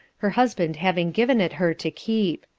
her husband having given it her to keep.